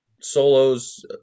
solos